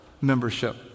membership